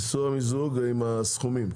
איסור המיזוג עם הסכומים.